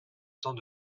temps